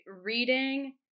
reading